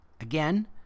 again